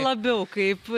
labiau kaip